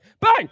bang